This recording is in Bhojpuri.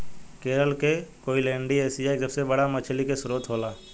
केरल के कोईलैण्डी एशिया के सबसे बड़ा मछली के स्त्रोत होला